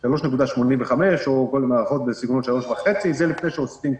או 4, זה לפני שעושים כלום.